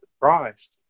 Christ